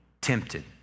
tempted